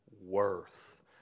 worth